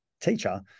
teacher